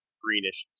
greenish